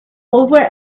over